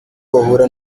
bahura